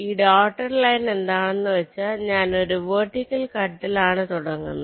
ഈ dotted line എന്താണെന്നു വച്ചാൽ ഞാൻ ഒരു വെർട്ടിക്കൽ കട്ട് ഇൽ ആണ് തുടങ്ങുന്നത്